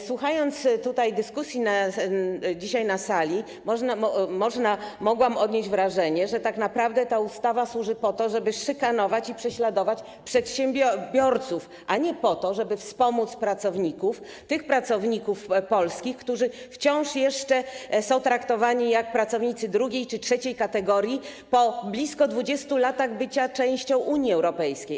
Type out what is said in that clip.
Słuchając dzisiaj dyskusji na sali, mogłam odnieść wrażenie, że tak naprawdę ta ustawa służy po to, żeby szykanować i prześladować przedsiębiorców, a nie po to, żeby wspomóc pracowników, tych pracowników polskich, którzy wciąż jeszcze są traktowani jak pracownicy drugiej czy trzeciej kategorii po blisko 20 latach bycia częścią Unii Europejskiej.